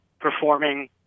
performing